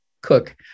cook